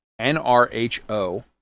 NRHO